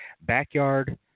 Backyard –